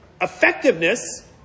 effectiveness